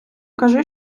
кажи